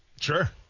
Sure